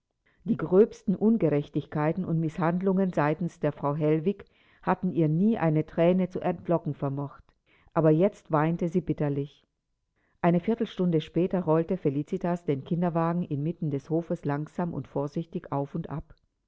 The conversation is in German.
die gröbsten ungerechtigkeiten und mißhandlungen seitens der frau hellwig hatten ihr nie eine thräne zu entlocken vermocht jetzt aber weinte sie bitterlich eine viertelstunde später rollte felicitas den kinderwagen inmitten des hofes langsam und vorsichtig auf und ab